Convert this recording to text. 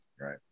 Right